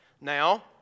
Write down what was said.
Now